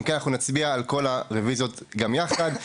אם כך נצביע על כל הרוויזיות גם יחד.